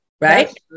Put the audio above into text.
Right